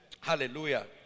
Hallelujah